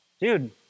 dude